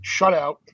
shutout